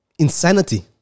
Insanity